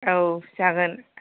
औ जागोन